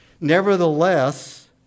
nevertheless